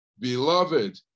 Beloved